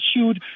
issued